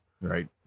right